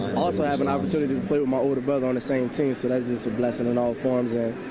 also have an opportunity to motive, but on the same season as it's a lesson in all forms